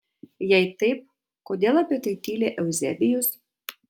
jei taip kodėl apie tai tyli euzebijus